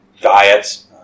diets